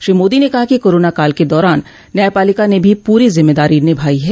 श्री मोदी ने कहा कोरोना काल के दौरान न्यायपालिका ने भी पूरी जिम्मेदारी निभाई है